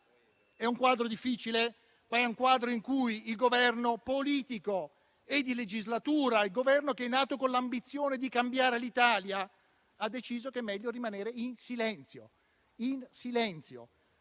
È un quadro difficile, ma è un quadro in cui il Governo politico e di legislatura, il Governo che è nato con l'ambizione di cambiare l'Italia, ha deciso che è meglio rimanere in silenzio.